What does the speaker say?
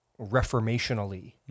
reformationally